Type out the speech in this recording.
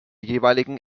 jeweiligen